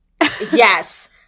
Yes